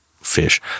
fish